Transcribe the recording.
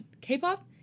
K-pop